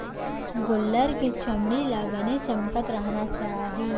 गोल्लर के चमड़ी ल बने चमकत रहना चाही